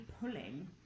pulling